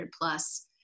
plus